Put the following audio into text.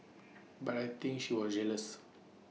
but I think she was jealous